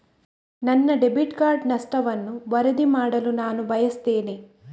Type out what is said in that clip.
ನನ್ನ debit card ನಷ್ಟವನ್ನು ವರದಿ ಮಾಡಲು ನಾನು ಬಯಸ್ತೆನೆ